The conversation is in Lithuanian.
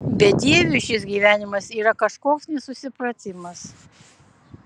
bedieviui šis gyvenimas yra kažkoks nesusipratimas